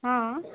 ହଁ